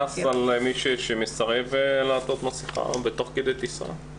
מי אם מישהו מסרב לעטות מסכה תוך כדי טיסה?